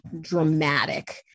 dramatic